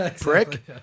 Prick